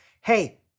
Hey